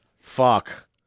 Fuck